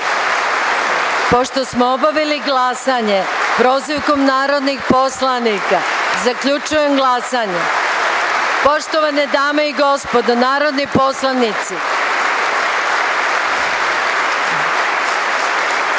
Pošto smo obavili glasanje prozivkom narodnih poslanika, zaključujem glasanje. Poštovane dame i gospodo narodni poslanici,